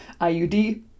iud